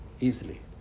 easily